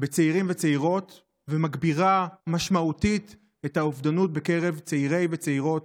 בצעירים וצעירות ומגבירה משמעותית את האובדנות בקרב צעירים וצעירות